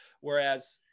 Whereas